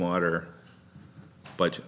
water budget